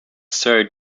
sir